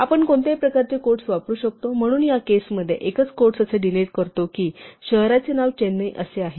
आपण कोणत्याही प्रकारचे क्वोट्स वापरू शकतो म्हणून या केसमध्ये एकच क्वोट्स असे डिनोट करतो कि शहराचे नाव चेन्नई असे आहे